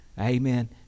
Amen